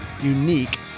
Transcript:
unique